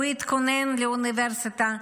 הוא התכונן לאוניברסיטה,